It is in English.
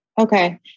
Okay